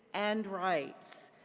and rights.